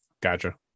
Gotcha